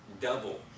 double